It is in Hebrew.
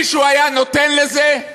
מישהו היה נותן יד לזה?